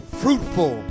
fruitful